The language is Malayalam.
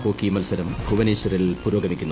ഹോക്കി മത്സരം ഭൂവനേശ്വറിൽ പുരോഗമിക്കുന്നു